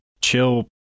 chill